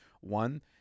one